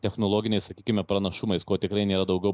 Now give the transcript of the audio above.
technologiniais sakykime pranašumais ko tikrai nėra daugiau